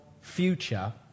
future